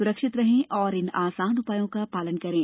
सुरक्षित रहें और इन आसान उपायों का पालन करें